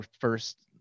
first